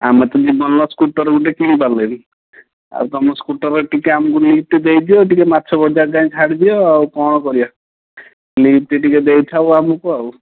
ଆମେ ତ ଜୀବନରେ ସ୍କୁଟରକୁ ଗୋଟେ କିଣି ପାରିଲୁନି ଆଉ ତୁମ ସ୍କୁଟର୍ ଟିକେ ଆମକୁ ଲିଫ୍ଟ ଦେଇ ଦିଅ ଟିକେ ମାଛ ବଜାର ଯାଏଁ ଛାଡ଼ି ଦିଅ ଆଉ କ'ଣ କରିବା ଲିଫ୍ଟ ଟିକେ ଦେଇଥାଅ ଆମକୁ ଆଉ